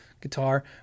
guitar